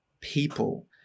people